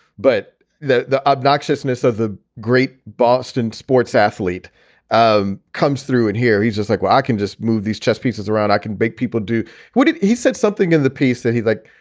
but the the obnoxiousness of the great boston sports athlete um comes through. and here he's just like, well, i can just move these chess pieces around. i can make people do what he said something in the piece that he'd like,